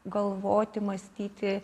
galvoti mąstyti